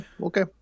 Okay